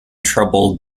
trouble